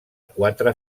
quatre